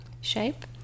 shape